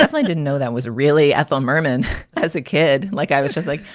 i didn't know that was really ethel merman as a kid. like, i was just like,